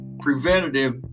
preventative